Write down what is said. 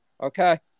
okay